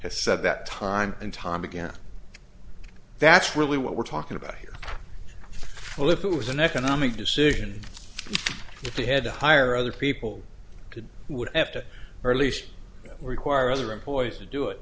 has said that time and time again that's really what we're talking about here well if it was an economic decision if they had to hire other people could would after or at least require other employees to do it